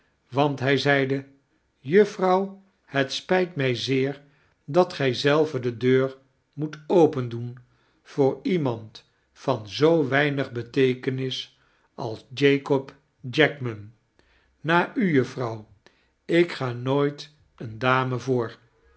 want hy zeide juffrouw het spijt my zeer dat gy zelve de deur moet opendoen voor iemand van zoo weinig beteekenis als jakob jackman na u juffrouw ik ga nooit eene dame voor